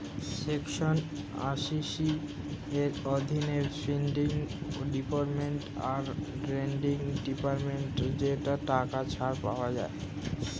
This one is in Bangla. সেকশন আশি সি এর অধীনে ফিক্সড ডিপোজিট আর রেকারিং ডিপোজিটে টাকা ছাড় পাওয়া যায়